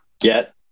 get